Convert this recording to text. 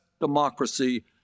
Democracy